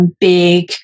big